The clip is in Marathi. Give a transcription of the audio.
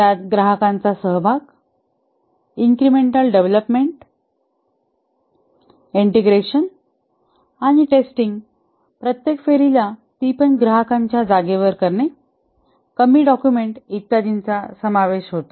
त्यात ग्राहकांचा सहभाग इन्क्रिमेंटल डेव्हलपमेंट ईंटेग्रेशन आणि टेस्टिंग प्रत्येक फेरीला ती पण ग्राहकांच्या जागेवर करणे कमी डॉक्युमेंट इत्यादीचा समावेश होता